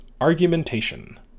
argumentation